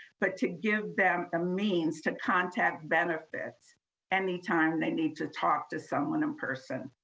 but to give them a means to contact benefits anytime they need to talk to someone in-person.